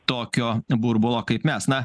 tokio burbulo kaip mes na